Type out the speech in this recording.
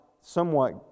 somewhat